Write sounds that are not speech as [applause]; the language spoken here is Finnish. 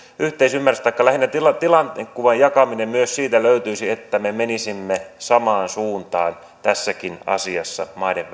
yhteisymmärrys taikka lähinnä tilannekuvan jakaminen myös siitä löytyisi että me menisimme samaan suuntaan tässäkin asiassa maiden [unintelligible]